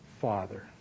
Father